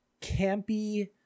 campy